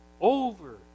over